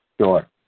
Sure